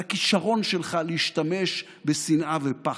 על הכישרון שלך להשתמש בשנאה ופחד.